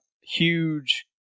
huge